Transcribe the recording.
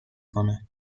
کند